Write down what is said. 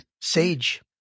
Sage